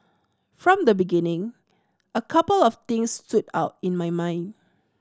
from the beginning a couple of things stood out in my mind